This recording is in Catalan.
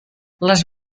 les